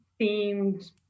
themed